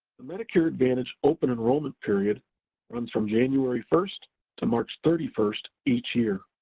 the medicare advantage open enrollment period runs from january first to march thirty first each year.